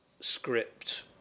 script